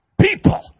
people